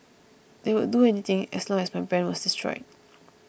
they would do anything as long as my brand was destroyed